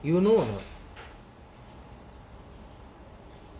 you know of